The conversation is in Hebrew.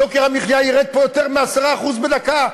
יוקר המחיה ירד פה יותר מ-10% בדקה,